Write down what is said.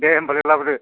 दे होम्बालाय लाबोदो